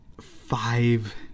five